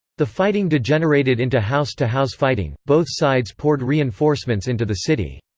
the fighting degenerated into house-to-house fighting both sides poured reinforcements into the city.